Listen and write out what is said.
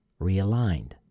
realigned